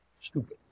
stupid